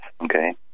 Okay